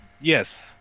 Yes